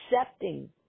accepting